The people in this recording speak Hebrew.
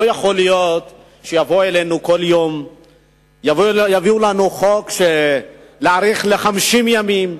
לא יכול להיות שכל יום יביאו לנו בקשה להאריך חוק ב-50 ימים,